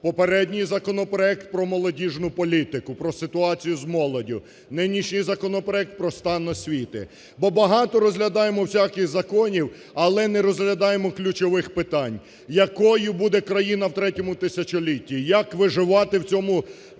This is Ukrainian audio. Попередній законопроект про молодіжну політику, про ситуацію з молоддю, нинішній законопроект про стан освіти. Бо багато розглядаємо всяких законів, але не розглядаємо ключових питань. Якою буде країна в третьому тисячолітті? Як виживати в цьому